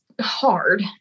hard